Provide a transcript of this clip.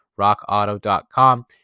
rockauto.com